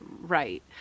right